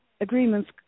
agreements